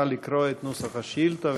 נא לקרוא את נוסח השאילתה,